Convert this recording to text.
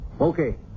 okay